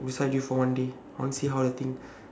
beside you for one day I want to see how the thing